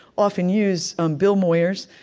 often, use um bill moyers,